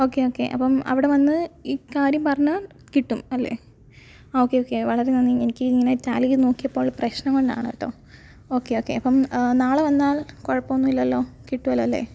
okay okay അപ്പോൾ അവിടെ വന്ന് ഈ കാര്യം പറഞ്ഞാൽ കിട്ടും അല്ലേ ആ ഓക്കേ ഓക്കേ വളരെ നന്ദി എനിക്ക് ഇങ്ങനെ റ്റാലി ചെയ്തു നോക്കിയപ്പോൾ ഉള്ള പ്രശ്നം കൊണ്ടാണ് കേട്ടോ ഓക്കേ ഓക്കേ അപ്പോൾ നാളെ വന്നാൽ കുഴപ്പം ഒന്നുമില്ലല്ലോ കിട്ടുമല്ലോ അല്ലേ